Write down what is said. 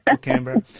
Canberra